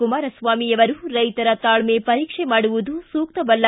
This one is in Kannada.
ಕುಮಾರಸ್ವಾಮಿ ಅವರು ರೈತರ ತಾಳ್ಕೆ ಪರೀಕ್ಷೆ ಮಾಡುವುದು ಸೂಕ್ತವಲ್ಲ